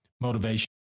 motivation